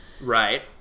right